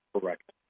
Correct